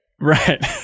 Right